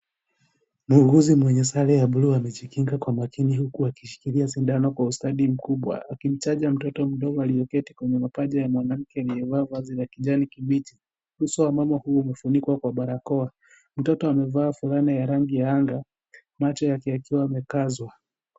Muuguzi mwenye sare ya buluu amejikinga kwa makini huku akishikilia sindano kwa ustadi mkubwa akimchanja mtoto mdogo aliyeketi kwenye mapaja ya mama yake aliyevaa vazi la kijani kibichi. Uso wa amma huu umefunikwa kwa barakoa. Mtoto amevaa fulana ya rangi ya anga macho yake yakiwa yamekazwa.